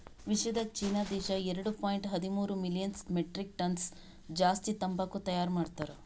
ವಿಶ್ವದಾಗ್ ಚೀನಾ ದೇಶ ಎರಡು ಪಾಯಿಂಟ್ ಹದಿಮೂರು ಮಿಲಿಯನ್ ಮೆಟ್ರಿಕ್ ಟನ್ಸ್ ಜಾಸ್ತಿ ತಂಬಾಕು ತೈಯಾರ್ ಮಾಡ್ತಾರ್